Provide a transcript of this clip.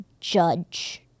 judge